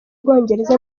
bwongereza